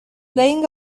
playing